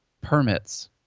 Permits